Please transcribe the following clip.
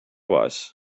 was